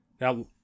Now